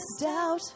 doubt